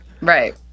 Right